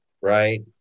Right